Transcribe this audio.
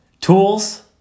tools